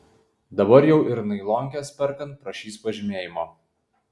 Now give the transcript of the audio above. dabar jau ir nailonkes perkant prašys pažymėjimo